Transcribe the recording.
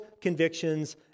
convictions